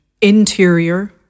Interior